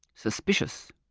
suspicious,